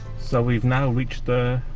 so we've now reached the